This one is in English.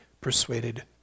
persuaded